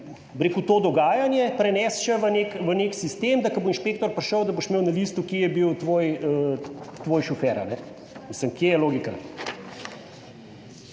rekel, to dogajanje prenesti še v neki sistem, da ko bo inšpektor prišel, da boš imel na listu, kje je bil tvoj šofer. Mislim, kje je logika?